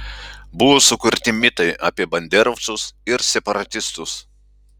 buvo sukurti mitai apie banderovcus ir separatistus